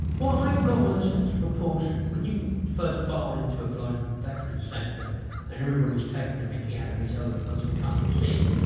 what i got was a sense of proportion. when you first bowl into a blind veterans centre and everybody's taking the mickey out of each other because they can't see,